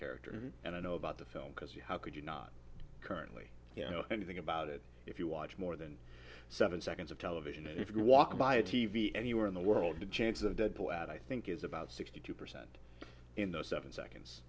character and i know about the film because you how could you not currently you know anything about it if you watch more than seven seconds of television if you walk by a t v anywhere in the world the chance of deadpool at i think is about sixty two percent in the seven seconds